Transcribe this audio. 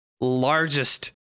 Largest